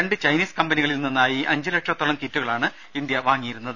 രണ്ട് ചൈനീസ് കമ്പനികളിൽ നിന്നായി അഞ്ച് ലക്ഷത്തോളം കിറ്റുകളാണ് ഇന്ത്യ വാങ്ങിയിരുന്നത്